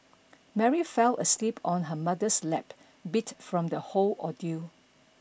Mary fell asleep on her mother's lap beat from the whole ordeal